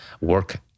work